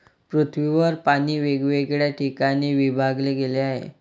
पृथ्वीवर पाणी वेगवेगळ्या ठिकाणी विभागले गेले आहे